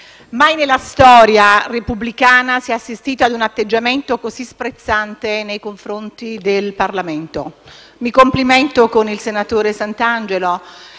mai nella storia repubblicana si è assistito a un atteggiamento così sprezzante nei confronti del Parlamento. Mi complimento con il sottosegretario